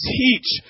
teach